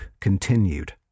continued